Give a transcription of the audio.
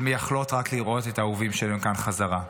ומייחלות רק לראות את האהובים שלהם כאן בחזרה.